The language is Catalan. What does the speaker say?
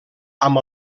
amb